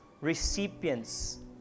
recipients